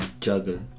juggle